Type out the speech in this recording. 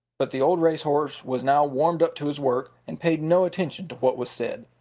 but the old race horse was now warmed up to his work and paid no attention to what was said.